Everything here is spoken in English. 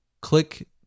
click